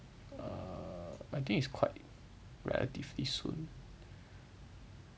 err I think it's quite relatively soon